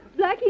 Blackie